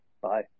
Bye